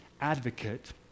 advocate